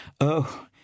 Oh